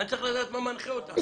אני צריך לדעת מה מנחה אותו.